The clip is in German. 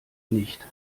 nicht